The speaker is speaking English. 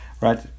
right